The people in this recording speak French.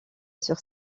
sur